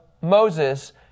Moses